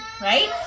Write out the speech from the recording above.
right